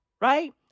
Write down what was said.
Right